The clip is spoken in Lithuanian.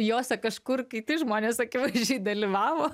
jose kažkur kiti žmonės akivaizdžiai dalyvavo